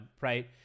right